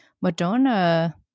Madonna